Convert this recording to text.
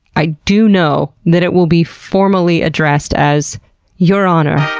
i do know that it will be formally addressed as your honor